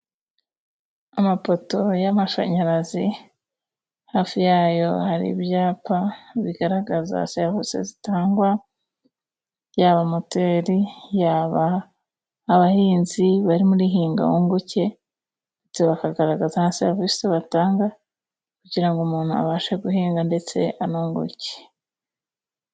Amapoto y'amashanyarazi hafi yayo hari ibyapa bigaragaza serivisi zitangwa yaba moteri, yaba abahinzi bari muri Hingawunguke, ndetse bakagaragaza na serivisi batanga kugira ngo umuntu abashe guhinga ndetse anunguke.